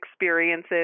experiences